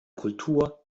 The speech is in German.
kultur